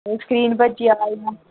screen भज्जी जाए जां इ'यां